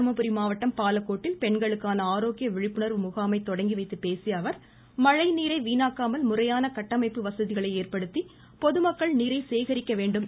தருமபுரி பெண்களுக்கான ஆரோக்கிய விழிப்புணர்வை முகாமை தொடங்கி வைத்து பேசிய அவர் மழைநீரை வீணாக்காமல் முறையான கட்டமைப்பு வசதிகளை ஏற்படுத்தி பொதுமக்கள் நீரை சேகரிக்க வேண்டும் என்றார்